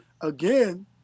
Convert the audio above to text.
again